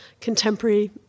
contemporary